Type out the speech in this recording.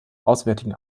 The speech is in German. auswärtigen